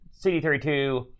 CD32